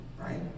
right